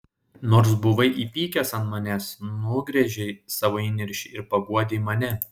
nors buvai įpykęs ant manęs nugręžei savo įniršį ir paguodei mane